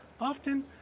Often